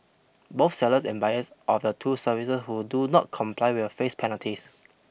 both sellers and buyers of the two services who do not comply will face penalties